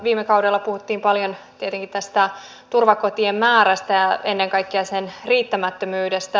viime kaudella puhuttiin paljon tietenkin tästä turvakotien määrästä ja ennen kaikkea sen riittämättömyydestä